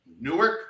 Newark